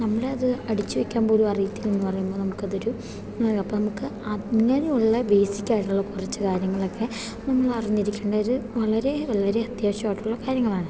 നമ്മളത് അടിച്ച് വയ്ക്കാൻ പോലും അറിയത്തില്ലെന്ന് പറയുമ്പോൾ നമുക്കതൊരു അപ്പം നമുക്ക് അങ്ങനെയുള്ള ബേസിക് ആയിട്ടുള്ള കുറച്ച് കാര്യങ്ങളൊക്കെ നമ്മളറിഞ്ഞിരിക്കേണ്ട ഒരു വളരെ വളരെ അത്യാവശ്യമായിട്ടുള്ള കാര്യങ്ങളാണ്